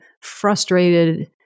frustrated